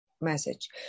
message